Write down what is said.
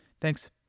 Thanks